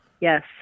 Yes